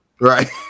Right